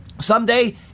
Someday